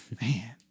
Man